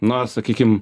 na sakykim